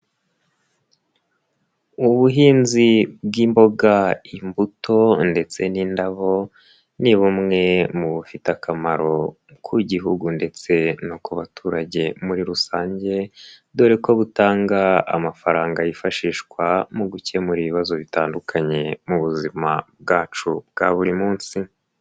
Ubuhinzi bw'imboga, imbuto ndetse n'indabo ni bumwe mu bufite akamaro ku gihugu ndetse no ku baturage muri rusange dore ko butanga amafaranga yifashishwa mu gukemura ibibazo bitandukanye mu buzima bwacu bwa buri munsi.